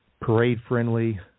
parade-friendly